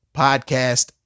podcast